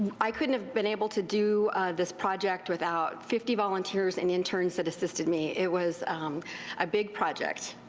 i couldnit have been able to do this project without fifty volunteers and interns that assisted me. it was a big project.